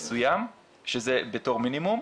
מסוים שזה בתור מינימום.